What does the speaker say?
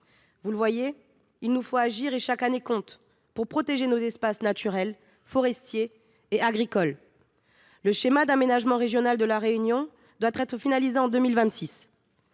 Vous le voyez, il nous faut agir, et chaque année compte pour protéger nos espaces naturels, forestiers et agricoles. Le schéma d’aménagement régional (SAR) de La Réunion doit être finalisé en 2026,